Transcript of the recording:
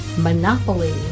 Monopoly